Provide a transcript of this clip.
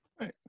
Right